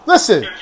Listen